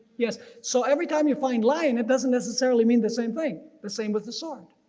yes. so every time you find lion it doesn't necessarily mean the same thing. the same with the sword.